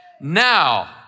Now